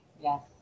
yes